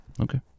Okay